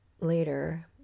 later